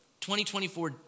2024